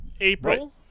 April